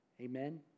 Amen